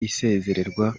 isezererwa